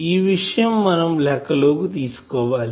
ఈ విషయం మనం లెక్క లో కి తీసుకోవాలి